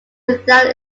without